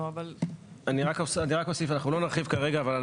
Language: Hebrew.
אנחנו לא נרחיב כרגע.